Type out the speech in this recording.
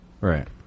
right